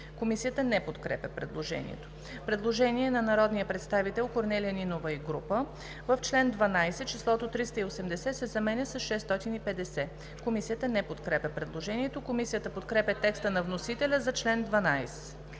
Комисията не подкрепя предложението. Предложение на народния представител Корнелия Нинова и група: „В чл. 12 числото „380“ се заменя с „650“.“ Комисията не подкрепя предложението. Комисията подкрепя текста на вносителя за чл. 12.